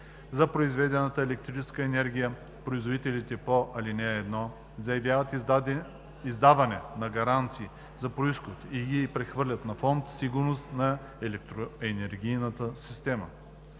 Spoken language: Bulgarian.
За произведената електрическа енергия производителите по ал. 1 заявяват издаване на гаранции за произход и ги прехвърлят на фонд „Сигурност на електроенергийната система“.